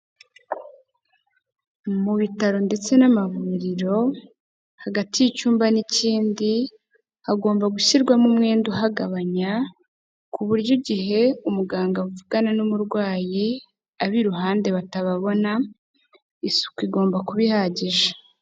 Mu bitaro ndetse n'amavuriro hagati y'icyumba n'ikindi hagomba gushyirwamo umwenda uhagabanya, ku buryo igihe umuganga avugana n'umurwayi abi ruhande batababona, isuku igomba kuba ihagije.